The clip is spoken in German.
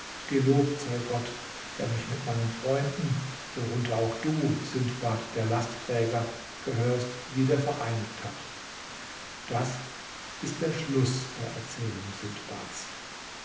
gelobt sei gott der mich mit meinen freunden worunter auch du sindbad der lastträger gehörst wieder vereinigt hat das ist der schluß der erzählung